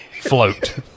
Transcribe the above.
float